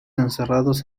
encerrados